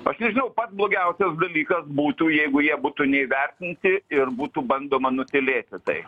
aš nežinau pats blogiausias dalykas būtų jeigu jie būtų neįvertinti ir būtų bandoma nutylėti tai